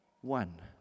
one